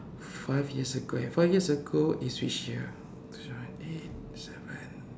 five years ago eh five years ago is which year two zero one eight seven